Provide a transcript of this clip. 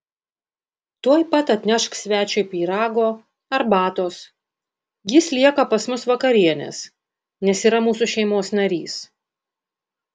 tuoj pat atnešk svečiui pyrago arbatos jis lieka pas mus vakarienės nes yra mūsų šeimos narys